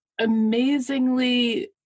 amazingly